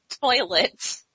toilet